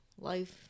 Life